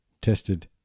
tested